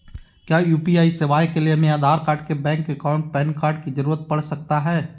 क्या यू.पी.आई सेवाएं के लिए हमें Aadhaar card bank account PAN card की जरूरत पड़ सकता है?